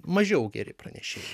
mažiau geri pranešėjai